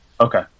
Okay